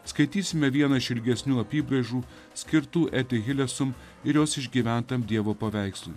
skaitysime vieną iš ilgesnių apybraižų skirtų eti hilesum ir jos išgyventam dievo paveikslui